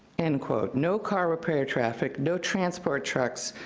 end quote. no car repair traffic, no transport trucks,